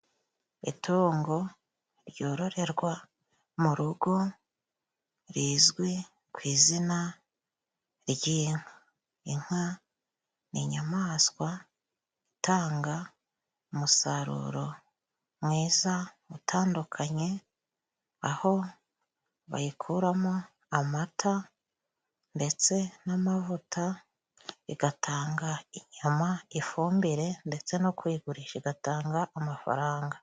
Itungo ryororerwa mu rugo rizwi ku izina ry'inka inka n'inyamaswa itanga umusaruro mwiza utandukanye aho bayikuramo amata ndetse n'amavuta igatanga inyama, ifumbire ndetse no kuyigurisha igatanga amafaranga.